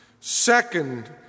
Second